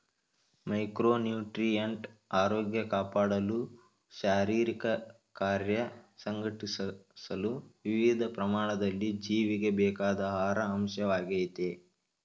micronutrient ಆರೋಗ್ಯ ಕಾಪಾಡಲು ಶಾರೀರಿಕಕಾರ್ಯ ಸಂಘಟಿಸಲು ವಿವಿಧ ಪ್ರಮಾಣದಲ್ಲಿ ಜೀವಿಗೆ ಬೇಕಾದ ಆಹಾರ ಅಂಶವಾಗಯ್ತೆ